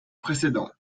précédents